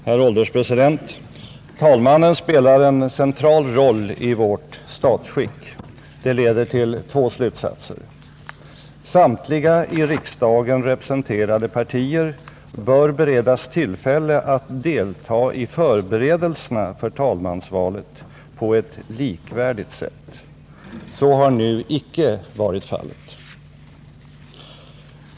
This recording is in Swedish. Herr ålderspresident! Talmannen spelar en central roll i vårt statsskick. Det leder till två slutsatser. Samtliga i riksdagen representerade partier bör beredas tillfälle att delta i förberedelserna för talmansvalet på ew likvärdigt sätt. Så har nu icke varit fallet.